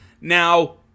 Now